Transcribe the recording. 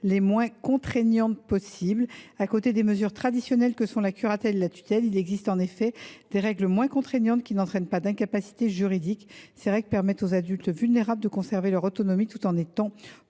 les moins contraignantes possible. À côté des mesures traditionnelles que sont la curatelle et la tutelle, il existe en effet des règles moins contraignantes qui n’entraînent pas d’incapacité juridique. Ces règles permettent aux adultes vulnérables de conserver leur autonomie tout en étant